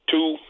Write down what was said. Two